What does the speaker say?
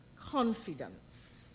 confidence